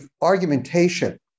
argumentation